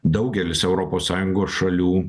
daugelis europos sąjungos šalių